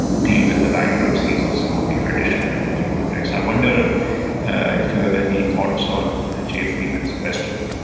deal with the bankruptcies of some of the traditional energy projects. i wonder if you have any thoughts on jay freeman's question.